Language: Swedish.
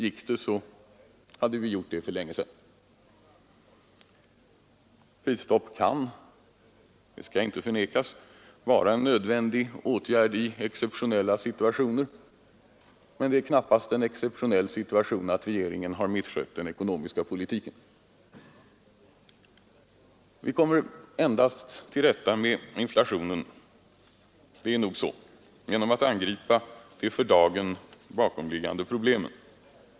Gick det hade vi gjort det för länge sedan. Prisstopp kan — det skall inte förnekas — vara en nödvändig åtgärd i exceptionella situationer, men det är knappast en exceptionell situation att regeringen har misskött den ekonomiska politiken. Det är nog så att vi endast kommer till rätta med inflationen genom att angripa de för dagen bakomliggande problemen.